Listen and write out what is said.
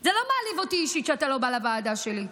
זה לא מעליב אותי אישית שאתה לא בא לוועדה שלי,